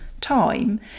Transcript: time